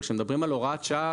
אבל כשמדברים על הוראת שעה,